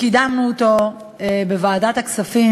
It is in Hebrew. כאלה שבסופו של יום גם פוגעות במשפחות או בקהל